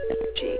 energy